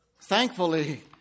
Thankfully